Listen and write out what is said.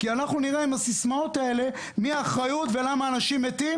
כי אנחנו עם הסיסמאות האלה נראה של מי האחריות ולמה אנשים מתים